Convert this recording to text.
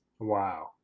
Wow